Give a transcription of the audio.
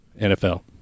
NFL